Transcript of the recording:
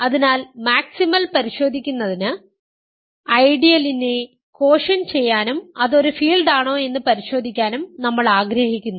അതിനാൽ മാക്സിമൽ പരിശോധിക്കുന്നതിന് ഐഡിയലിനെ കോഷ്യന്റ് ചെയ്യാനും അത് ഒരു ഫീൽഡാണോയെന്ന് പരിശോധിക്കാനും നമ്മൾ ആഗ്രഹിക്കുന്നു